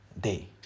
day